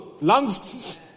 lungs